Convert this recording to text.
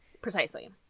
Precisely